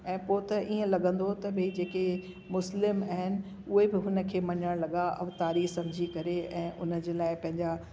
ऐं पोइ त ईअं लॻंदो हुओ त ॿिए जेके मुस्लिम आहिनि उए बि हुन खे मञणु लॻा अवतारी सम्झी करे ऐं उन जे लाइ पंहिंजा